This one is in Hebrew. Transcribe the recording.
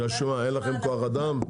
בגלל מה, שאין לכם כוח אדם?